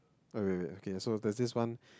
oh wait wait okay so there's this one